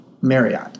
Marriott